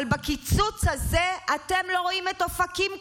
אבל בקיצוץ הזה, אתם לא רואים את אופקים כולה,